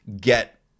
get